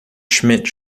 schmidt